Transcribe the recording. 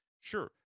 Sure